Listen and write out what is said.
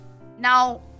Now